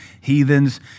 heathens